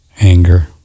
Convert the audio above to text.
anger